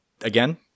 again